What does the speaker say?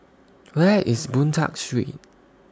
Where IS Boon Tat Street